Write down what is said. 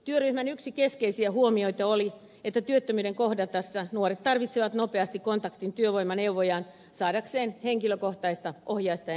työryhmän yksi keskeisiä huomioita oli että työttömyyden kohdatessa nuoret tarvitsevat nopeasti kontaktin työvoimaneuvojaan saadakseen henkilökohtaista ohjausta ja neuvontaa